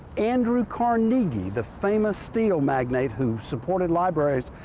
andrew carnegie, the famous steel magnate who supported libraries,